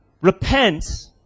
Repent